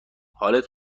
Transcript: حالت